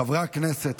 חברי הכנסת,